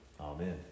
Amen